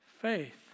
faith